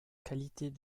qualités